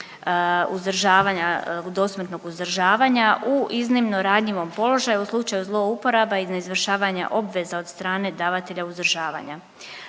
uzdržavanja, dosmrtnog uzdržavanja u iznimno ranjivom položaju u slučaju zlouporaba i neizvršavanja obveza od strane davatelja uzdržavanja.